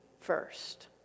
first